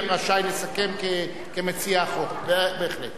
יריב לוין יהיה רשאי לסכם כמציע החוק, בהחלט.